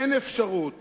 אין אפשרות